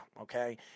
Okay